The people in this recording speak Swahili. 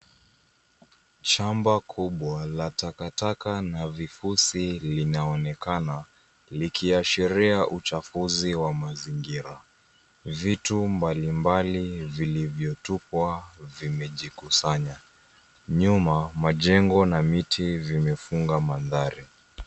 Shamba kubwa la takataka na vifusi vinaonekana likiashiria uchafuzi wa mazingira. Vitu mbalimbali vilivyotupwa vimejikusanya. Nyuma, majengo na miti vimefunga mandhari.